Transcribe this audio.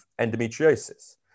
endometriosis